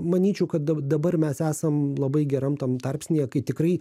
manyčiau kad da dabar mes esam labai geram tam tarpsnyje kai tikrai